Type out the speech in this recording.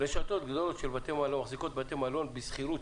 רשתות גדולות של בתי מלון מחזיקות בתי מלון בשכירות.